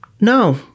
No